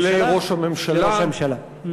לראש הממשלה,